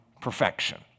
perfection